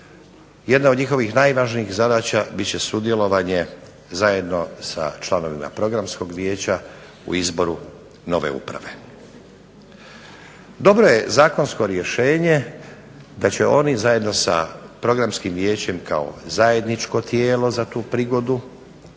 Jedna od njihovih najvažnijih zadaća bit će sudjelovanje, zajedno sa članovima Programskog vijeća u izboru nove uprave. Dobro je zakonsko rješenje da će oni, zajedno sa Programskim vijećem kao zajedničko tijelo za tu prigodu, morati